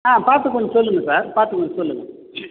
ஆ பார்த்து கொஞ்சம் சொல்லுங்கள் சார் பார்த்து கொஞ்சம் சொல்லுங்கள்